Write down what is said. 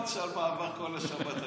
אל תשאל מה עבר כל השבת עליך.